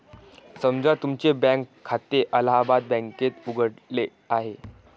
समजा तुमचे बँक खाते अलाहाबाद बँकेत उघडले आहे